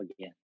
again